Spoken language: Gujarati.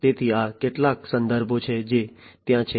તેથી આ કેટલાક સંદર્ભો છે જે ત્યાં છે